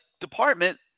department